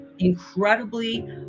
incredibly